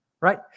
right